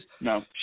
No